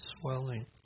swelling